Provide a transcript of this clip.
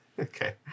Okay